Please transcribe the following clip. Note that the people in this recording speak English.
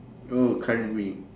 oh cardi B